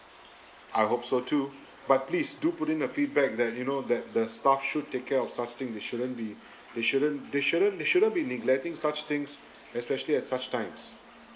I hope so too but please do put in a feedback that you know that the staff should take care of such thing they shouldn't be they shouldn't they shouldn't they shouldn't be neglecting such things especially at such times